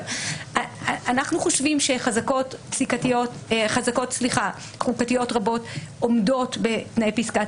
אנחנו חושבים שחזקות חוקתיות רבות עומדות בתנאי פסקת